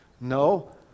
No